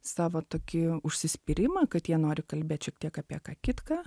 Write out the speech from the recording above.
savo tokį užsispyrimą kad jie nori kalbėt šiek tiek apie ką kitką